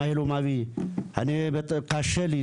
זה באמת קשה לי,